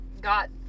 got